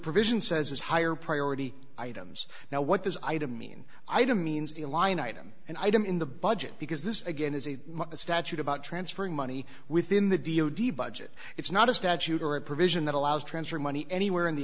provision says has higher priority items now what this item mean item means a line item and item in the budget because this again is a statute about transferring money within the deal d budget it's not a statute or a provision that allows transfer money anywhere in the